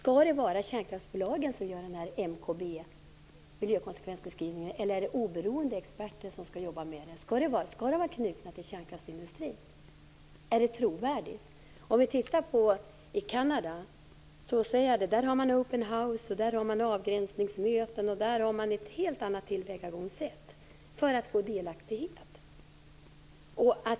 Är det kärnkraftsbolagen som skall göra miljökonsekvensbeskrivningarna, MKB, eller skall oberoende experter arbeta med detta? Skall experterna vara knutna till kärnkraftsindustrin? Är det trovärdigt? I Kanada ordnar man med open houses och avgränsningsmöten och har ett helt annat tillvägagångssätt för att skapa delaktighet.